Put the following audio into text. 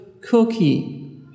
cookie